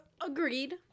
agreed